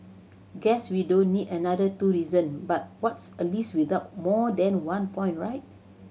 guess we don't need another two reasons but what's a list without more than one point right